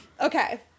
Okay